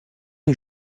est